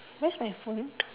where's my phone